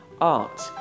art